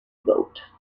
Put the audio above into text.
boat